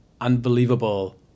unbelievable